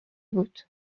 بود